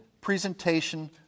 presentation